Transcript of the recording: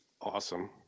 Awesome